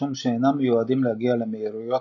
משום שאינם מיועדים להגיע למהירויות